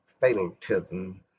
fatalism